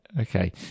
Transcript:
Okay